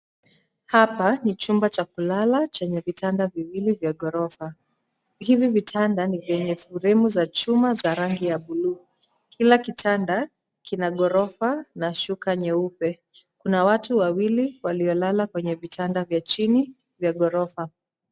Hapa ni chumba cha kulala chenye vitanda viwili vya ghorofa. Hivi vitanda ni vyenye fremu za chuma za rangi ya buluu. Kila kitanda kina ghorofa na shuka nyeupe. Kuna watu wawili waliolala kwenye vitanda vya chini vya ghorofa.